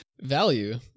Value